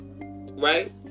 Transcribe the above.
right